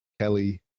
Kelly